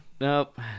Nope